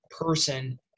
person